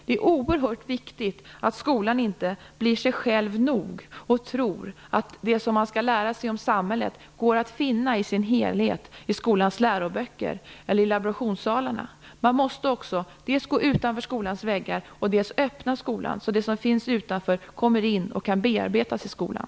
Det är oerhört viktigt att skolan inte blir sig själv nog och tror att det man skall lära sig om samhället i sin helhet går att finna i skolans läroböcker eller i laborationssalarna. Man måste också dels gå utanför skolans väggar, dels öppna skolan så att det som finns utanför kommer in och kan bearbetas i skolan.